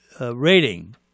rating